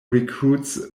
recruits